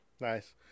Nice